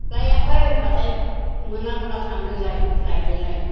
लायाखै होनबाथाय मोना गुना थांदोलाय लायदोलाय